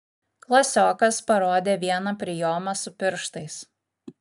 klasiokas parodė vieną prijomą su pirštais